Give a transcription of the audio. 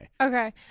Okay